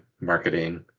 marketing